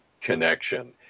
connection